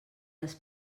les